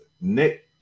Nick